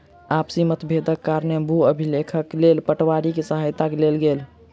आपसी मतभेदक कारणेँ भू अभिलेखक लेल पटवारी के सहायता लेल गेल